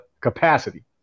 capacity